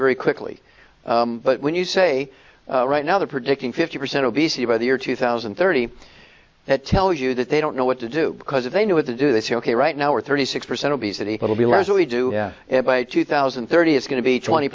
very quickly but when you say right now they're predicting fifty percent obesity by the year two thousand and thirty that tell you that they don't know what to do because if they know what to do they say ok right now we're thirty six percent obesity will be less what we do it by two thousand and thirty it's going to be twenty